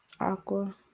Aqua